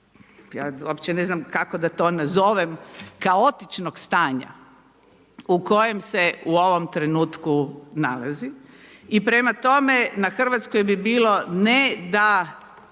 ja opće ne znam kako da to nazovem, kaotičnog stanja u koje se u ovom trenutku nalazi i prema tome na Hrvatskoj bi bilo ne da